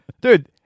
Dude